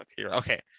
okay